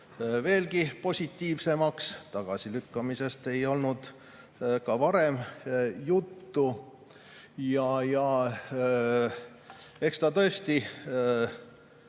veelgi positiivsemaks, aga tagasilükkamisest ei olnud ka varem juttu. Ja eks tõesti